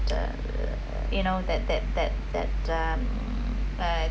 the you know that that that that um I